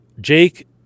Jake